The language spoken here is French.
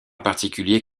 particulier